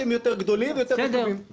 שהם רבים יותר וחשובים יותר.